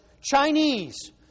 Chinese